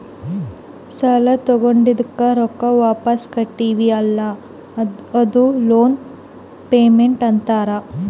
ಸಾಲಾ ತೊಂಡಿದ್ದುಕ್ ರೊಕ್ಕಾ ವಾಪಿಸ್ ಕಟ್ಟತಿವಿ ಅಲ್ಲಾ ಅದೂ ಲೋನ್ ಪೇಮೆಂಟ್ ಅಂತಾರ್